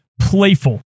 playful